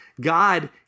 God